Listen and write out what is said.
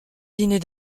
dîner